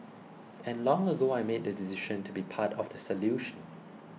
and long ago I made the decision to be part of the solution